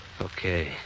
okay